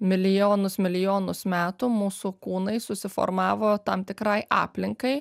milijonus milijonus metų mūsų kūnai susiformavo tam tikrai aplinkai